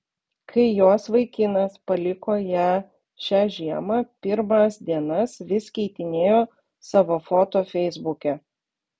kai jos vaikinas paliko ją šią žiemą pirmas dienas vis keitinėjo savo foto feisbuke